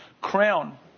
crown